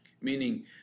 meaning